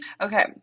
Okay